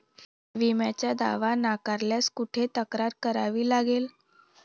विम्याचा दावा नाकारल्यास कुठे तक्रार करावी लागेल?